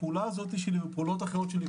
הפעולה הזאת שלי ואחרות שלי,